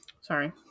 Sorry